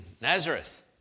Nazareth